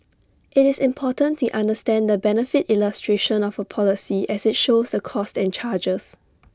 IT is important to understand the benefit illustration of A policy as IT shows the costs and charges